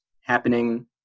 happening